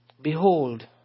behold